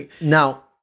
Now